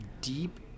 deep